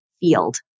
field